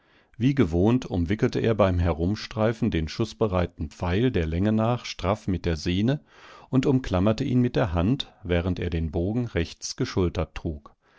wie gewohnt umwickelte er beim herumstreifen den schußbereiten pfeil der länge nach straff mit der sehne und umklammerte ihn mit der hand während er den bogen rechts geschultert trug